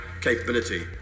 capability